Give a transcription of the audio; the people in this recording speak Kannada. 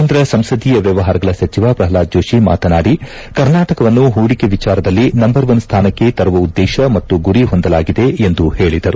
ಕೇಂದ್ರ ಸಂಸದೀಯ ವ್ಯವಹಾರಗಳ ಸಚಿವ ಪ್ರಲ್ನಾದ್ ಜೋತಿ ಮಾತನಾಡಿ ಕರ್ನಾಟಕವನ್ನು ಹೂಡಿಕೆ ವಿಚಾರದಲ್ಲಿ ನಂಬರ್ ಒನ್ ಸ್ನಾನಕ್ಷೆ ತರುವ ಉದ್ದೇಶ ಮತ್ತು ಗುರಿ ಹೊಂದಲಾಗಿದೆ ಎಂದು ಹೇಳಿದರು